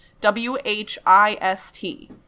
W-H-I-S-T